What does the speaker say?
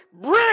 bring